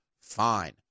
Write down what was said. fine